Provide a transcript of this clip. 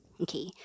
okay